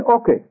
okay